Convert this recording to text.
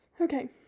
Okay